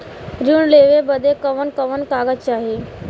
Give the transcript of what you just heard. ऋण लेवे बदे कवन कवन कागज चाही?